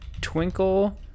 Twinkle